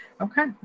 Okay